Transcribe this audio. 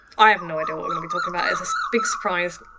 i have no idea what we're gonna be talking about. it's a big surprise.